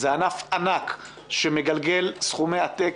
זה ענף ענק שמגלגל סכומי עתק,